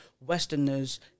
Westerners